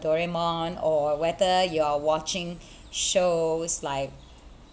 doraemon or whether you're watching shows like